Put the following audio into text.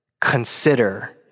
consider